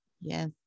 Yes